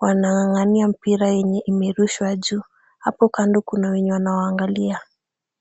Wanang'ang'ania mpira yenye imerushwa juu. Hapo kando kuna wenye wanawaangalia.